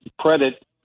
credit